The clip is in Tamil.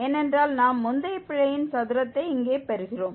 ஏனென்றால் நாம் முந்தைய பிழையின் சதுரத்தை இங்கே பெறுகிறோம்